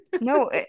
no